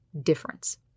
difference